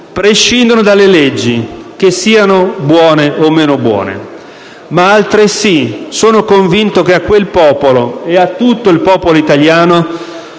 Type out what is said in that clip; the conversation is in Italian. prescindono dalle leggi, che siano buone o meno buone. Ma altresì sono convinto che a quel popolo, e a tutto il popolo italiano,